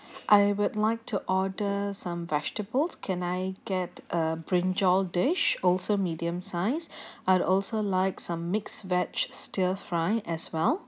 I would like to order some vegetables can I get a brinjal dish also medium size I also like some mixed veg stir fry as well